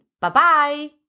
Bye-bye